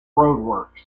roadworks